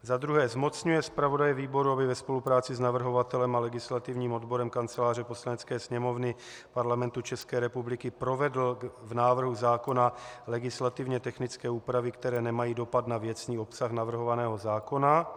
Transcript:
Za druhé zmocňuje zpravodaje výboru, aby ve spolupráci s navrhovatelem a legislativním odborem Kanceláře Poslanecké sněmovny Parlamentu ČR provedl v návrhu zákona legislativně technické úpravy, které nemají dopad na věcný obsah navrhovaného zákona.